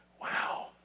Wow